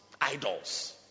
Idols